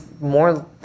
more